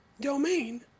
domain